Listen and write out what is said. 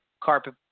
carpet